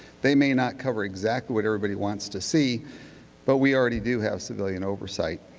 they may not cover exactly what everybody wants to see but we already do have civilian oversight.